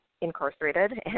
incarcerated